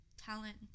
Talent